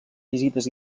visites